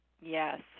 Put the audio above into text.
Yes